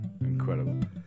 Incredible